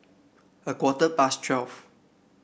a quarter past twelve